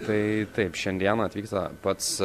tai taip šiandien atvyksta pats